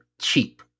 cheap